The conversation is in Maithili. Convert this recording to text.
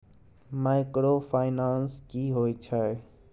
माइक्रोफाइनान्स की होय छै?